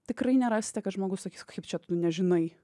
tikrai nerasite kad žmogus sakys kaip čia tu nežinai